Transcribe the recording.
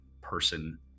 person